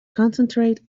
concentrate